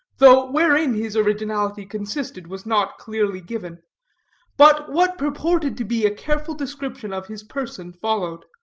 though wherein his originality consisted was not clearly given but what purported to be a careful description of his person followed.